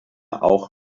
auch